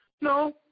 No